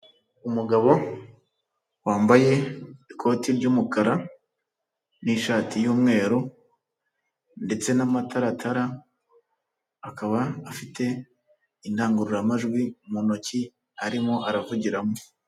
Umugabo wambaye ikoti ry'umukara n'ishati y'umweru ndetse n'amataratara, akaba afite indangururamajwi mu ntoki arimo aravugiramo.